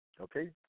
okay